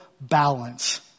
balance